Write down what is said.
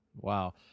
Wow